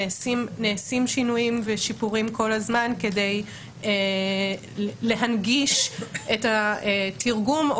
נעשים שינויים ושיפורים כל הזמן כדי להנגיש את התרגום,